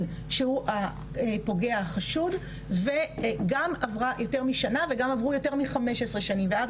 שהוא הפוגע החשוד וגם בערה יותר משנה וגם עבור יותר מ-5 שנים ואז